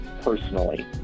personally